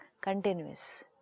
continuous